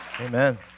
Amen